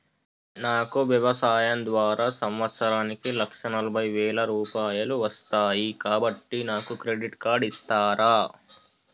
నాకు వ్యవసాయం ద్వారా సంవత్సరానికి లక్ష నలభై వేల రూపాయలు వస్తయ్, కాబట్టి నాకు క్రెడిట్ కార్డ్ ఇస్తరా?